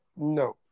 no